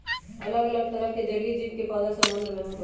अलग तरह के जलीय जीव के पैदा समुद्र में होबा हई